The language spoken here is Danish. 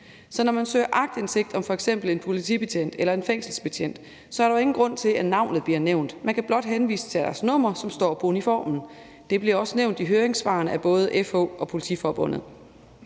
Så når man søger aktindsigt om f.eks. en politibetjent eller en fængselsbetjent, er der ingen grund til, at navnet bliver nævnt. Man kan blot henvise til deres nummer, som står på uniformen. Det blev også nævnt i høringssvarene af både FH og Politiforbundet.